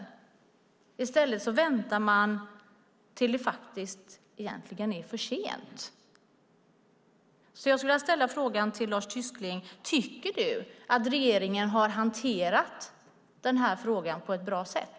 I stället väntar man tills det egentligen är för sent. Jag skulle därför vilja ställa följande fråga till Lars Tysklind: Tycker du att regeringen har hanterat denna fråga på ett bra sätt?